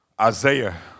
Isaiah